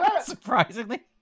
surprisingly